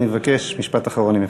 אני מבקש, משפט אחרון אם אפשר.